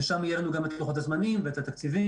ושם יהיו לנו גם את לוחות הזמנים ואת התקציבים,